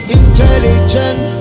intelligent